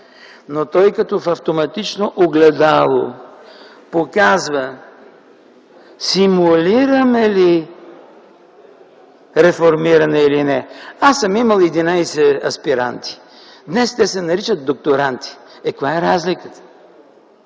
но той като в автоматично огледало показва симулираме ли реформиране или не. Аз съм имал 11 аспиранти. Днес те се наричат докторанти. Е, каква е разликата?!